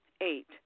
Eight